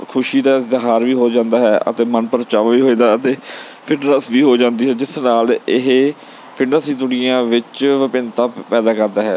ਖੁਸ਼ੀ ਦਾ ਇਜ਼ਹਾਰ ਵੀ ਹੋ ਜਾਂਦਾ ਹੈ ਅਤੇ ਮਨ ਪਰਚਾਵਾ ਵੀ ਹੋ ਜਾਂਦਾ ਅਤੇ ਫਿਟਨੈਸ ਵੀ ਹੋ ਜਾਂਦੀ ਹੈ ਜਿਸ ਨਾਲ ਇਹ ਫਿਟਨੈਸ ਦੀ ਦੁਨੀਆਂ ਵਿੱਚ ਵਿਭਿੰਨਤਾ ਪੈਦਾ ਕਰਦਾ ਹੈ